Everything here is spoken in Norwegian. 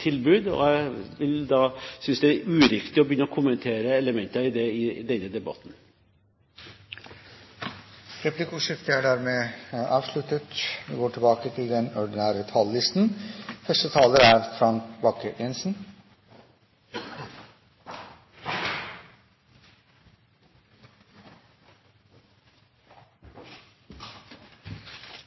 tilbud, og jeg synes det er uriktig å begynne å kommentere elementer i dette i denne debatten. Replikkordskiftet er dermed omme. De talere som heretter får ordet, har en taletid på inntil 3 minutter.